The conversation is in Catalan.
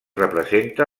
representa